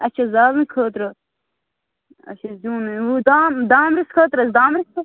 اَچھا زالنہٕ خٲطرٕ اَچھا زیُن دان دانٛدس خٲطرٕ حظ دانٛس خٲطرٕ